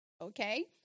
Okay